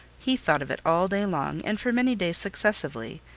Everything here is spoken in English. he thought of it all day long, and for many days successively,